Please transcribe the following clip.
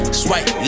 swipe